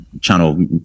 channel